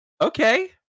Okay